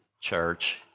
church